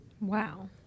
Wow